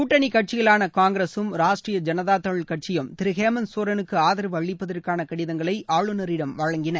கூட்டணி கட்சிகளான காங்கிரகம் ராஷ்டிரிய ஜனதாதள் கட்சியும் திரு ஹேமந்த் சோரனுக்கு ஆதரவு அளிப்பதற்கான கடிதங்களை ஆளுநரிடம் வழங்கின